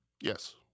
Yes